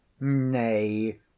nay